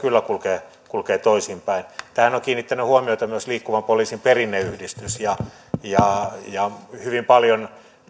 kyllä kulkee toisinpäin tähän on kiinnittänyt huomiota myös liikkuvan poliisin perinneyhdistys ja ja hyvin paljon